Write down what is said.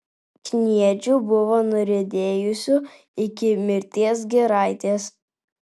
kniedžių buvo nuriedėjusių iki mirties giraitės